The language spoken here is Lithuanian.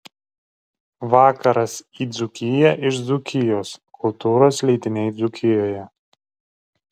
vakaras į dzūkiją iš dzūkijos kultūros leidiniai dzūkijoje